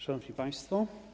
Szanowni Państwo!